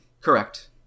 Correct